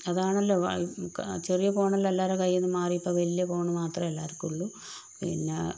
അതാണല്ലോ ചെറിയ ഫോൺ എല്ലാം എല്ലാര കയ്യിൽ നിന്നും മാറി ഇപ്പം വലിയ ഫോൺ മാത്രമേ എല്ലാവർക്കും ഉള്ളൂ പിന്നെ